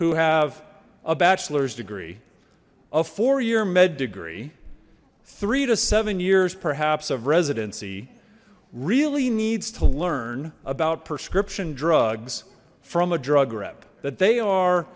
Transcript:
who have a bachelor's degree a four year med degree three to seven years perhaps of residency really needs to learn about prescription drugs from a drug rep that they are